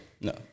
No